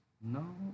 No